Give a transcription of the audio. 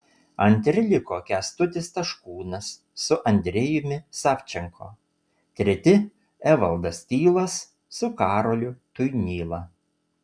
antri liko kęstutis taškūnas su andrejumi savčenko treti evaldas tylas su karoliu tuinyla